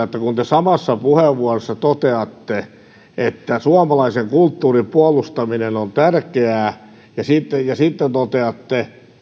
että kun te samassa puheenvuorossa ensinnä toteatte että suomalaisen kulttuurin puolustaminen on tärkeää ja sitten ja sitten toteatte